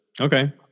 Okay